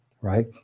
right